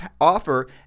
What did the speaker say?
offer